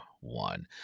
one